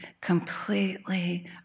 completely